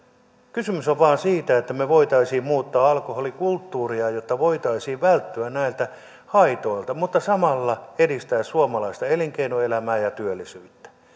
kysymys on vain siitä että me voisimme muuttaa alkoholikulttuuria jotta voitaisiin välttyä näiltä haitoilta mutta samalla edistää suomalaista elinkeinoelämää ja työllisyyttä